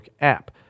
app